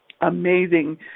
amazing